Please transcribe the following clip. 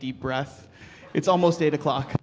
deep breath it's almost eight o'clock